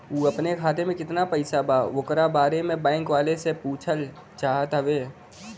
उ अपने खाते में कितना पैसा बा ओकरा बारे में बैंक वालें से पुछल चाहत हवे?